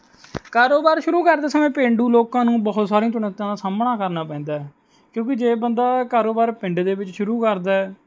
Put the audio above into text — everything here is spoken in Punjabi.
ਕਾਰੋਬਾਰ ਸ਼ੁਰੂ ਕਰਦੇ ਸਮੇਂ ਪੇਂਡੂ ਲੋਕਾਂ ਨੂੰ ਬਹੁਤ ਸਾਰੀਆਂ ਚੁਣੌਤੀਆਂ ਦਾ ਸਾਹਮਣਾ ਕਰਨਾ ਪੈਂਦਾ ਕਿਉਂਕਿ ਜੇ ਬੰਦਾ ਕਾਰੋਬਾਰ ਪਿੰਡ ਦੇ ਵਿੱਚ ਸ਼ੁਰੂ ਕਰਦਾ ਹੈ